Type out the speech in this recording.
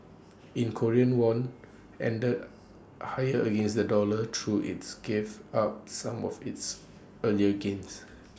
the Korean won ended higher against the dollar though its gave up some of its earlier gains